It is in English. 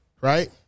right